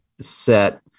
set